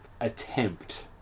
Attempt